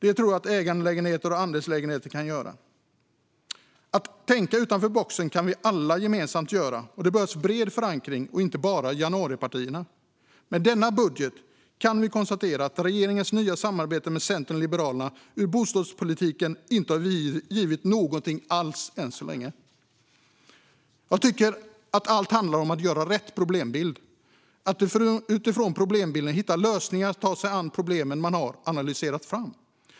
Det tror jag att ägandelägenheter och andelslägenheter kan göra. Att tänka utanför boxen kan vi alla gemensamt göra, och det behövs bred förankring - inte bara januaripartierna. Med denna budget kan vi konstatera att regeringens nya samarbete med Centern och Liberalerna inte har givit någonting alls än så länge när det gäller bostadspolitiken. Jag tycker att allt handlar om att skapa rätt problembild och om att utifrån problembilden hitta lösningar som tar sig an problemen man har analyserat fram.